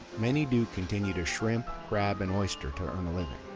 many do continue to shrimp, crab and oyster to earn a living.